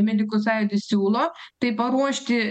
medikų sąjūdis siūlo tai paruošti